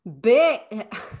big